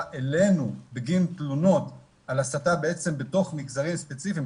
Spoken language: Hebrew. אלינו בגין תלונות על הסתה בתוך מגזרים ספציפיים,